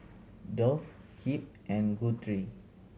Dolph Kip and Guthrie